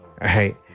right